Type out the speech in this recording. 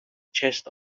chest